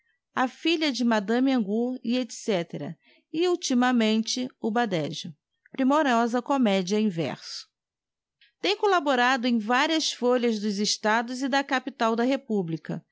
a filha de mme angu etc e ultimamente o badejo primorosa comedia em verso tem couaborado em varias folhas dos estados e da capital da republica